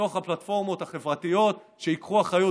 בתוך הפלטפורמות החברתיות שייקחו אחריות